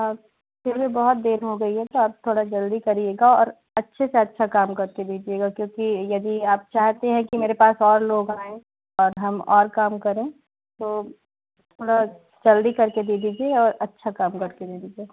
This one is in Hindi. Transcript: अब फिर भी बहुत देर हो गई है तो आप थोड़ा जल्दी करिएगा और अच्छे से अच्छा काम करके दीजिएगा क्योंकि यदि आप चाहते हैं कि मेरे पास और लोग आएँ और हम और काम करें तो थोड़ा जल्दी करके दे दीजिए और अच्छा काम करके दे दीजिए